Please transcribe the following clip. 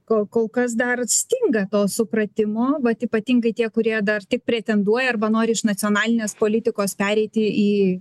kol kas dar stinga to supratimo vat ypatingai tie kurie dar tik pretenduoja arba nori iš nacionalinės politikos pereiti į